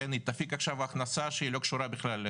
תפיק עכשיו הכנסה שהיא לא קשורה בכלל,